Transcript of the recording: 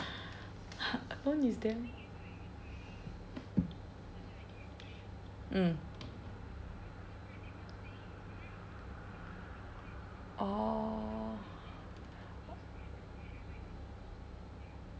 alone is damnn mm orh